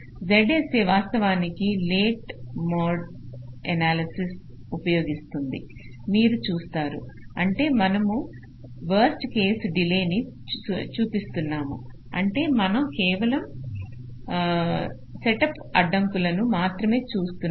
ZSA వాస్తవానికి late mode analysis ఉపయోగిస్తుందని మీరు చూస్తారు అంటే మనము వరస్ట్ కేసు డిలేని చూస్తున్నాము అంటే మనం కేవలం సెటప్ అడ్డంకులను మాత్రమే చూస్తున్నాం